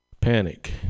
Panic